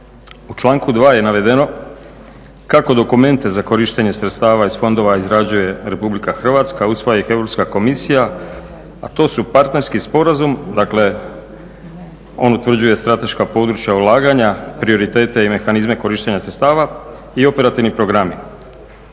U članku 2. je navedeno kako dokumente za korištenje sredstava iz fondova izrađuje RH, a usvaja ih Europska komisija. A to su partnerski sporazum, dakle on utvrđuje strateška područja ulaganja, prioritete i mehanizme korištenja sredstava i operativni programi.